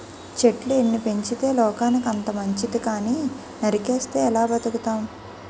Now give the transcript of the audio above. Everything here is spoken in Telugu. చెట్లు ఎన్ని పెంచితే లోకానికి అంత మంచితి కానీ నరికిస్తే ఎలా బతుకుతాం?